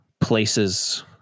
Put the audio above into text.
places